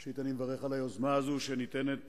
ראשית, אני מברך על היוזמה הזאת, שניתנת